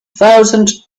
thousand